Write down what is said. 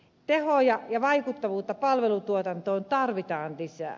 tehoja ja vaikuttavuutta palvelutuotantoon tarvitaan lisää